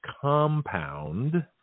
compound